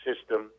System